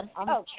okay